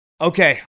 Okay